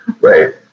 Right